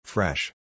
Fresh